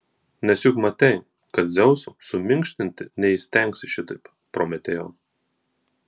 nes juk matei kad dzeuso suminkštinti neįstengsi šitaip prometėjau